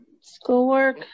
Schoolwork